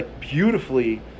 beautifully